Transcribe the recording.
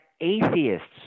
atheists